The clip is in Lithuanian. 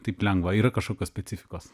taip lengva yra kažkokios specifikos